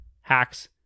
hacks